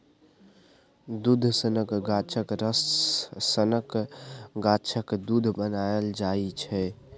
दुध सनक गाछक रस सँ गाछक दुध बनाएल जाइ छै